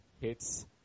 hits